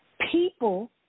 People